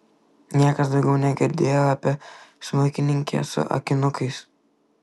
niekas daugiau negirdėjo apie smuikininkę su akinukais